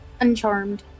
Uncharmed